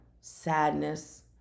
sadness